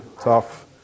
tough